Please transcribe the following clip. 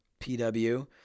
PW